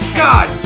god